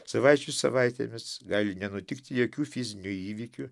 savaičių savaitėmis gali nenutikti jokių fizinių įvykių